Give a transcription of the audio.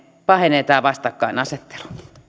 pahenee tämä vastakkainasettelu